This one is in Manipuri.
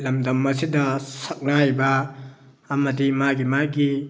ꯂꯝꯗꯝ ꯑꯁꯤꯗ ꯁꯛꯅꯥꯏꯕ ꯑꯃꯗꯤ ꯃꯥꯒꯤ ꯃꯥꯒꯤ